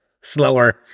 slower